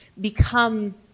become